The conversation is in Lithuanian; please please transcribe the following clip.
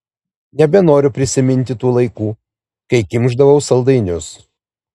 nebenoriu prisiminti tų laikų kai kimšdavau saldainius